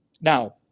Now